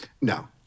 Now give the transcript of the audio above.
No